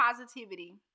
positivity